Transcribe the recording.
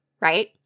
right